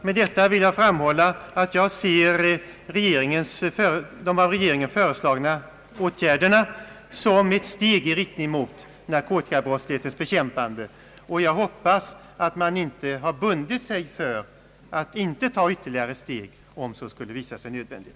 Med dessa ord vill jag framhålla att jag ser de av regeringen föreslagna åtgärderna som ett steg i riktning mot narkotikabrottslighetens bekämpande. Jag hoppas att man inte bundit sig för att inte ta ytterligare steg om så skulle visa sig nödvändigt.